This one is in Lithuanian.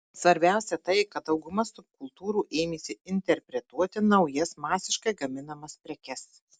svarbiausia tai kad dauguma subkultūrų ėmėsi interpretuoti naujas masiškai gaminamas prekes